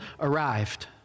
arrived